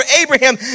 Abraham